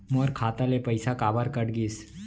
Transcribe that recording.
मोर खाता ले पइसा काबर कट गिस?